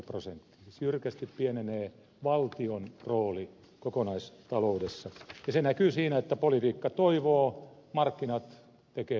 siis jyrkästi pienenee valtion rooli kokonaistaloudessa ja se näkyy siinä että politiikka toivoo ja markkinat tekevät päätökset